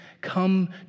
Come